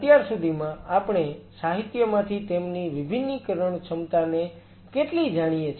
અત્યાર સુધીમાં આપણે સાહિત્યમાંથી તેમની વિભિન્નીકરણ ક્ષમતાને કેટલી જાણીએ છીએ